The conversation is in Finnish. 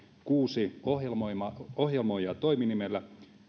kuusi ohjelmoijaa ohjelmoijaa toiminimellä